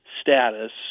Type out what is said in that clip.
status